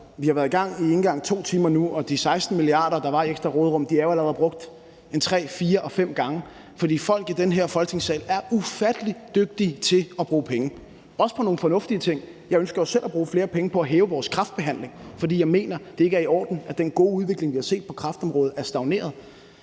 vi har været i gang i ikke engang 2 timer nu, og de 16 mia. kr., der var i ekstra råderum, er jo allerede brugt tre-fire-fem gange, for folk i denne her Folketingssal er ufattelig dygtige til at bruge penge – også på nogle fornuftige ting. Jeg ønsker jo selv at bruge flere penge på at hæve kvaliteten i vores kræftbehandling, fordi jeg mener, at det ikke er i orden, at den gode udvikling, vi har set på kræftområdet, er stagneret.